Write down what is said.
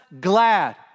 glad